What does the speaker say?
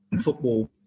football